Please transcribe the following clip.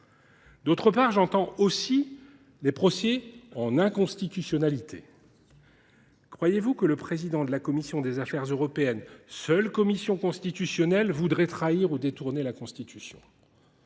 aussi, par ailleurs, les procès en inconstitutionnalité. Croyez vous que le président de la commission des affaires européennes, seule commission constitutionnelle, voudrait trahir ou détourner la Constitution ?